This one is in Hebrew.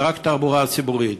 ויש רק תחבורה ציבורית.